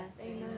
Amen